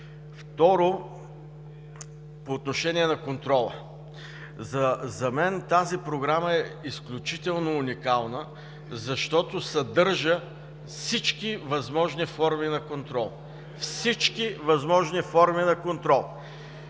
Второ, по отношение на контрола. За мен тази Програма е изключително уникална, защото съдържа всички възможни форми на контрол. Всички възможни форми на контрол!